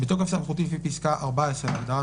בתוקף סמכותי לפי פסקה (14) להגדרת